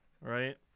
right